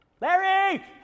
Larry